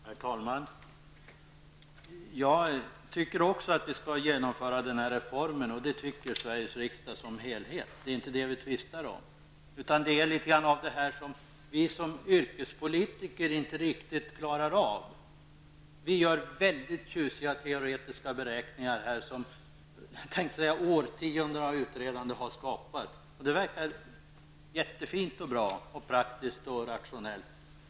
Herr talman! Jag tycker också att vi skall genomföra den här reformen, och det tycker Sveriges riksdag som helhet. Det är inte det vi tvistar om, utan litet grand om det som vi som yrkespolitiker inte riktigt klarar av. Vi gör mycket tjusiga teoretiska beräkningar som årtionden av utredande har skapat. Det verkar jättefint och bra, praktiskt och rationellt.